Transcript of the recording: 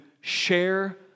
share